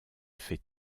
fait